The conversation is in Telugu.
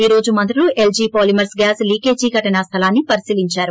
ఈ రోజు మంత్రులు ఎల్జీ పాలిమర్ప్ గ్యాస్ లీకేజీ ఘటనా స్సలాన్ని పరిశీలించారు